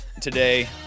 today